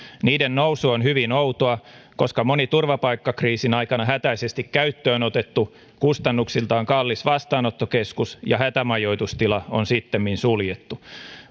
niiden nousu on hyvin outoa koska moni turvapaikkakriisin aikana hätäisesti käyttöön otettu kustannuksiltaan kallis vastaanottokeskus ja hätämajoitustila on sittemmin suljettu